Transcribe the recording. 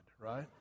right